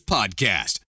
Podcast